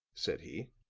said he.